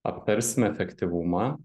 aptarsim efektyvumą